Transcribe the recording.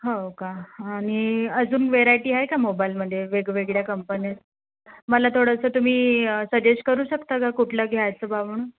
हो का आणि अजून वेरायटी आहे का मोबाईलमध्ये वेगवेगळ्या कंपनी मला थोडंसं तुम्ही सजेश करू शकता का कुठला घ्यायचं बा म्हणून